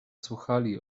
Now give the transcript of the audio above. słuchali